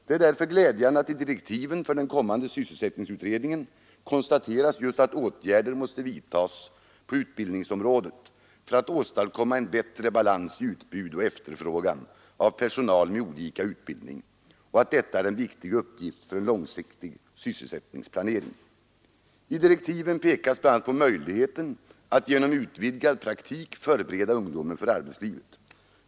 Det är därför glädjande att i direktiven för den kommande sysselsättningsutredningen konstateras just att åtgärder måste vidtas på utbildningsområdet för att åstadkomma en bättre balans i utbud och efterfrågan av personal med olika utbildning och att detta är en viktig uppgift för en långsiktig sysselsättningsplanering. I direktiven pekas bl.a. på möjligheten att genom utvidgad praktik förbereda ungdomen för arbetslivet.